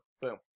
Boom